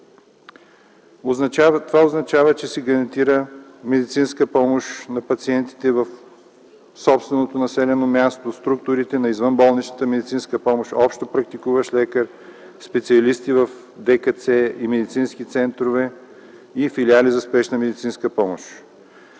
Това означава, че се гарантира медицинска помощ на пациентите в собственото населено място в структурите на извънболничната медицинска помощ, общопрактикуващ лекар, специалисти в ДКЦ и медицински центрове и филиали на Спешна медицинска помощ.